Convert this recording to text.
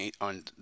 on